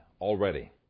already